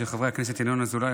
של חברי הכנסת ינון אזולאי,